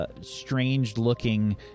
strange-looking